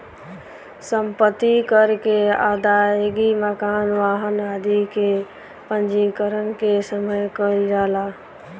सम्पत्ति कर के अदायगी मकान, वाहन आदि के पंजीकरण के समय कईल जाला